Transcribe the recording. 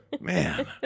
Man